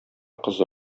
кызы